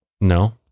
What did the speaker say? No